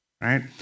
right